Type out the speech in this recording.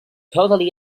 totally